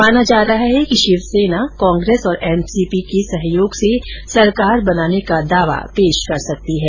माना जा रहा है कि शिवसेना कांग्रेस और एनपीसी के सहयोग से सरकार बनाने का दावा पेश कर सकती है